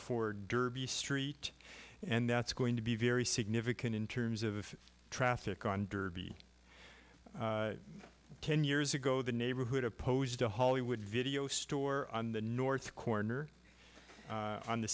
for derby street and that's going to be very significant in terms of traffic on derby ten years ago the neighborhood opposed to hollywood video store on the north corner on the